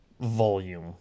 volume